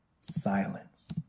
silence